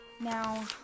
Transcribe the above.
Now